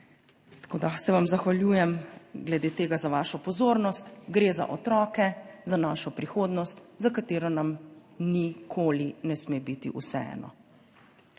Zahvaljujem se vam glede tega za vašo pozornost. Gre za otroke, za našo prihodnost, za katero nam nikoli ne sme biti vseeno.